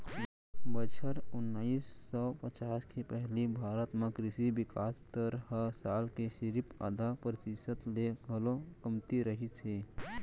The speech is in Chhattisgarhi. बछर ओनाइस सौ पचास के पहिली भारत म कृसि बिकास दर हर साल के सिरिफ आधा परतिसत ले घलौ कमती रहिस हे